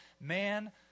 Man